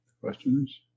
Questions